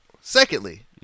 Secondly